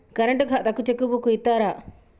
Current ఖాతాకు check book ఇత్తరా?